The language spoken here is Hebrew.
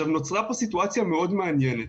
נוצרה פה סיטואציה מאוד מעניינת,